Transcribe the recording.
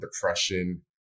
depression